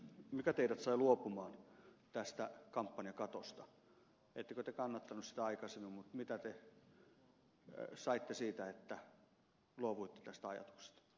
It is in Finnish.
ettekö te kannattaneet sitä aikaisemmin mutta mitä te saitte siitä että luovuitte tästä ajatuksesta